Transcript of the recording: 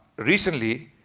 recently